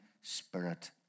Spirit